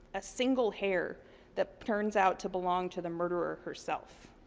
a single hair that turns out to belong to the murderer herself.